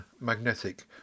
magnetic